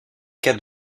quatre